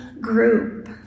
group